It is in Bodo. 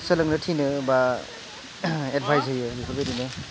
सोलोंनो थिनो बा एडभाइस होयो बेफोरबायदिनो